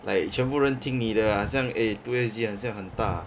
like 全部人听你的 ah 好像 eh two S_G 很像很大